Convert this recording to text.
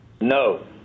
no